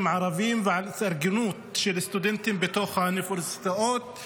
ערבים והתארגנות של סטודנטים בתוך האוניברסיטאות,